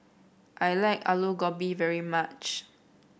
I like Alu Gobi very much